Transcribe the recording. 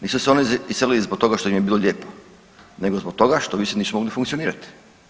Nisu se oni iselili zbog toga što im je bilo lijepo nego zbog toga što više nisu mogli funkcionirati.